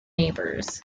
neighbors